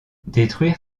détruire